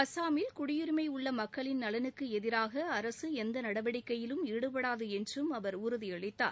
அஸ்ஸாமில் குடியுரிமை உள்ள மக்களின் நலனுக்கு எதிராக அரசு எந்த நடவடிக்கையிலும் ஈடுபடாது என்றும் அவர் உறுதியளித்தார்